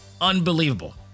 unbelievable